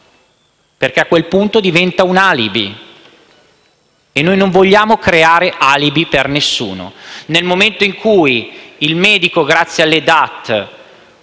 perché, a quel punto, diventa un alibi e noi non vogliamo creare alibi per nessuno. Nel momento in cui il medico, grazie alle DAT,